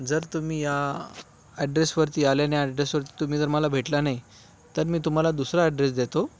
जर तुम्ही या ॲड्रेसवरती आले न या ॲड्रेसवर तुम्ही जर मला भेटला नाही तर मी तुम्हाला दुसरा ॲड्रेस देतो